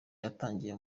yatangiriye